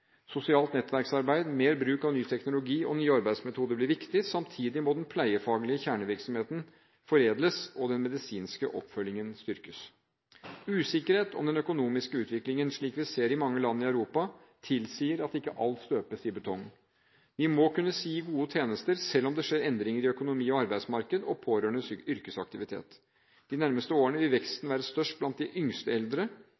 Sosialt nettverksarbeid, mer bruk av ny teknologi og nye arbeidsmetoder blir viktig. Samtidig må den pleiefaglige kjernevirksomheten foredles og den medisinske oppfølgingen styrkes. Usikkerhet om den økonomiske utviklingen, slik vi ser i mange land i Europa, tilsier at ikke alt «støpes i betong». Vi må kunne gi gode tjenester selv om det skjer endringer i økonomi, arbeidsmarked og pårørendes yrkesaktivitet. De nærmeste årene vil